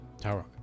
Tower